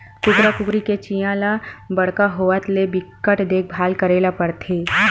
कुकरा कुकरी के चीया ल बड़का होवत ले बिकट देखभाल करे ल परथे